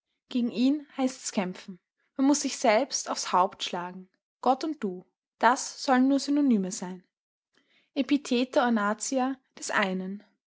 gegen ihn heißt's kämpfen man muß sich selbst aufs haupt schlagen gott und du das sollen nur synonyme sein epitheta ornantia des einen